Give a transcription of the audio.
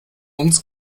uns